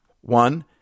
One